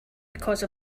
because